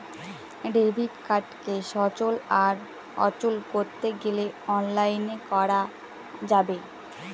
debit কার্ডকে সচল আর অচল করতে গেলে অনলাইনে করা যাবে